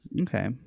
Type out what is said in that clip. Okay